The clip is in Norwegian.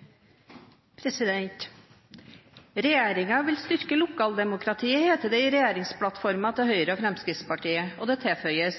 Høyre og Fremskrittspartiet, og det tilføyes: